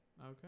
Okay